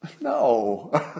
No